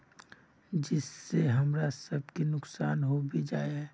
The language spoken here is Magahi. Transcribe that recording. जिस से हमरा सब के नुकसान होबे जाय है?